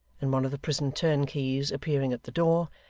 and one of the prison turnkeys appearing at the door,